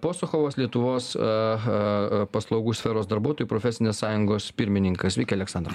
posuchovas lietuvos paslaugų sferos darbuotojų profesinės sąjungos pirmininkas sveiki aleksandr